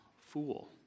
fool